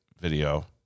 video